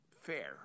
fair